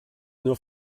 nur